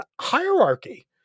hierarchy